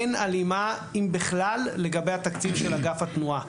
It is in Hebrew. אין הלימה אם בכלל לגבי התקציב של אגף התנועה.